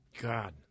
God